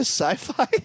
Sci-Fi